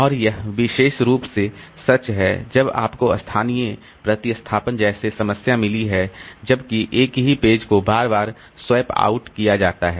और यह विशेष रूप से सच है जब आपको स्थानीय प्रतिस्थापन जैसे समस्या मिली है जब कि एक ही पेज को बार बार स्वैप आउट किया जाता है